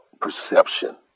perception